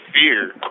Fear